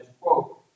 quote